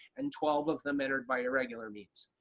and twelve of them entered by irregular means.